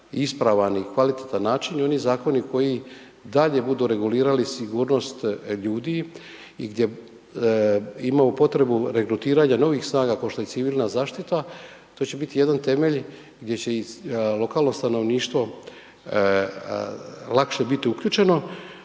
ispravan i kvalitetan način i oni zakoni koji dalje budu regulirali sigurnost ljudi i gdje imamo potrebu regrutiranja novih snaga ko što je civilna zaštita, to će biti jedan temelj gdje će i lokalno stanovništvo lakše biti uključeno.